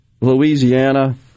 Louisiana